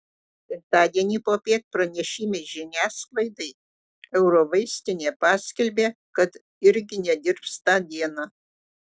penktadienį popiet pranešime žiniasklaidai eurovaistinė paskelbė kad irgi nedirbs tą dieną